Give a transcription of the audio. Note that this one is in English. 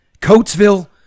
Coatesville